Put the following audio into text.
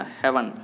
heaven